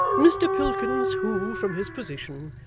mr pilkins who, from his position,